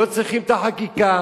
לא צריכים את החקיקה.